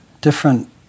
different